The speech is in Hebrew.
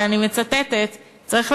ואני מצטטת: "צריך,